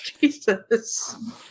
jesus